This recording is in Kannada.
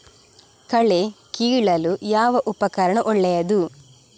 ಕಳೆ ಕೀಳಲು ಯಾವ ಉಪಕರಣ ಒಳ್ಳೆಯದು?